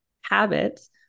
habits